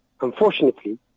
unfortunately